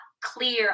clear